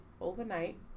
overnight